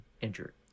injured